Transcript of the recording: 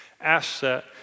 asset